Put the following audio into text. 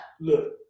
Look